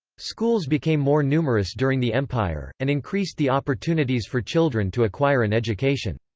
schools became more numerous during the empire, and increased the opportunities for children to acquire an education.